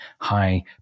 high